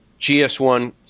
GS1